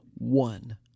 One